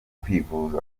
kwivuza